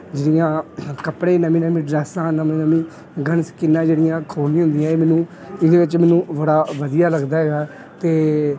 ਜਿਹੜੀਆਂ ਕੱਪੜੇ ਨਵੀਂ ਨਵੀਂ ਡਰੈੱਸਾਂ ਨਵੇਂ ਨਵੀਂ ਗਨਸ ਸਕਿਨਾਂ ਜਿਹੜੀਆਂ ਖੋਹਣੀਆਂ ਹੁੰਦੀਆਂ ਇਹ ਮੈਨੂੰ ਇਹਦੇ ਵਿੱਚ ਮੈਨੂੰ ਬੜਾ ਵਧੀਆ ਲੱਗਦਾ ਹੈਗਾ ਅਤੇ